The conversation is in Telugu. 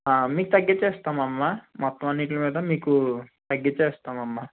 మీకు తగ్గించే ఇస్తాము అమ్మ మొత్తం అన్నింటి మీద మీద మీకు తగ్గించే ఇస్తాము అమ్మ